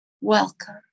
welcome